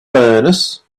furnace